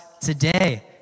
today